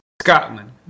Scotland